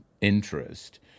interest